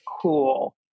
cool